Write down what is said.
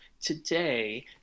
today